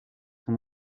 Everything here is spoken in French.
son